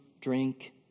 drink